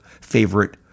favorite